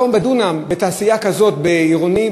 בדונם בתעשייה כזאת, עירונית,